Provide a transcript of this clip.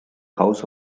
house